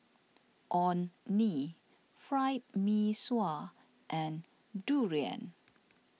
Orh Nee Fried Mee Sua and Durian